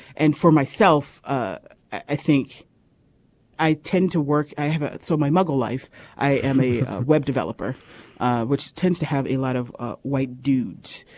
and for myself ah i think i tend to work. i have it. so my muggle life i am a web developer which tends to have a lot of white dudes.